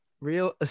Real